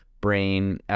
brain